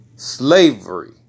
Slavery